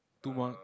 two mah